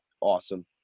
awesome